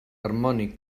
harmònic